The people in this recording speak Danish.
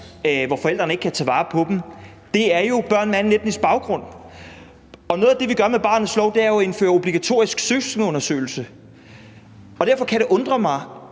hvor forældrene ikke kan tage vare på dem, er jo børn med anden etnisk baggrund. Og noget af det, vi gør med barnets lov, er jo at indføre obligatorisk søskendeundersøgelse. Derfor kan det undre mig,